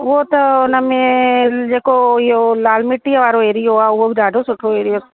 हूंअं त हुन में जेको इहो लाल मिटीअ वारो एरिओ आहे उहो बि ॾाढो सुठो एरिओ